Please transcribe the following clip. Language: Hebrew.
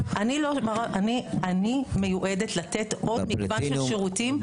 אני מיועדת לתת עוד מגוון של שירותים לאוכלוסייה.